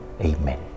Amen